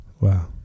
Wow